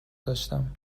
داشتم